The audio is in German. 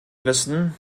wissen